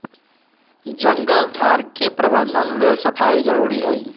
जङगल झार के प्रबंधन लेल सफाई जारुरी हइ